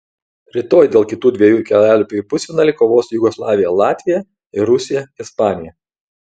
rytoj dėl kitų dviejų kelialapių į pusfinalį kovos jugoslavija latvija ir rusija ispanija